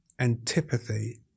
antipathy